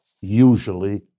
usually